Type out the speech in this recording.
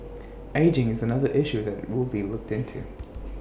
ageing is another issue that will be looked into